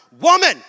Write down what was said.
woman